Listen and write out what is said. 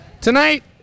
tonight